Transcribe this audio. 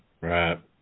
Right